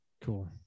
Cool